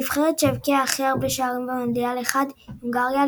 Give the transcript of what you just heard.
הנבחרת שהבקיעה הכי הרבה שערים במונדיאל אחד היא הונגריה,